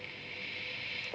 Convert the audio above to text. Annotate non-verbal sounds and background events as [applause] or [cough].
[breath]